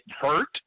hurt